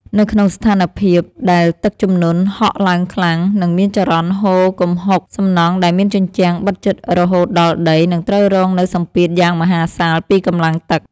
នៅក្នុងស្ថានភាពដែលទឹកជំនន់ហក់ឡើងខ្លាំង និងមានចរន្តហូរគំហុក សំណង់ដែលមានជញ្ជាំងបិទជិតរហូតដល់ដីនឹងត្រូវរងនូវសម្ពាធយ៉ាងមហាសាលពីកម្លាំងទឹក។